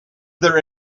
there